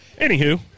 Anywho